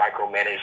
micromanage